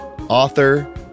author